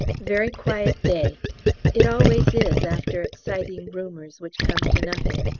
very quiet day it always is after exciting rumours which come to nothing!